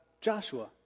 Joshua